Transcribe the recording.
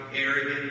arrogant